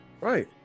Right